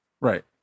Right